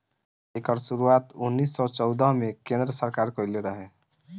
एकर शुरुआत उन्नीस सौ चौदह मे केन्द्र सरकार कइले रहे